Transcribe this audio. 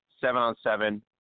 seven-on-seven